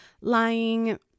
Lying